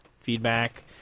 feedback